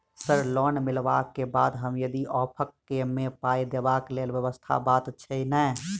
Sir loan मिलला केँ बाद हम यदि ऑफक केँ मे पाई देबाक लैल व्यवस्था बात छैय नै?